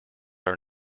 are